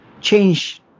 change